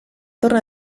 torne